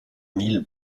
mille